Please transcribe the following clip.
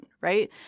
right